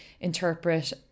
interpret